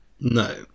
No